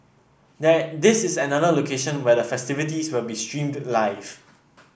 there this is another location where the festivities will be streamed live